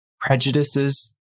prejudices